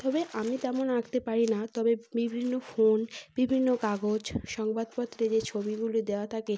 তবে আমি তেমন আঁকতে পারি না তবে বিভিন্ন ফোন বিভিন্ন কাগজ সংবাদপত্রে যে ছবিগুলো দেওয়া থাকে